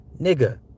nigga